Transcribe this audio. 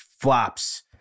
flops